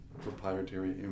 proprietary